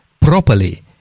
properly